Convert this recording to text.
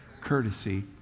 courtesy